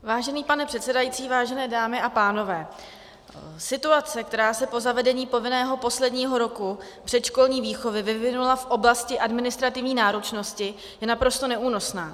Vážený pane předsedající, vážené dámy a pánové, situace, která se po zavedení povinného posledního roku předškolní výchovy vyvinula v oblasti administrativní náročnosti, je naprosto neúnosná.